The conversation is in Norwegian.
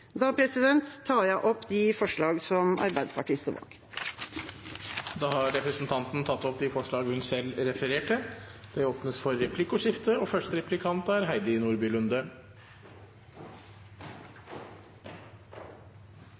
Da tar jeg opp de forslagene som Arbeiderpartiet står bak. Representanten Lise Christoffersen har tatt opp de forslagene hun refererte til. Høyre og Arbeiderpartiet er jo enig i at det skal være godt og